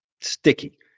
sticky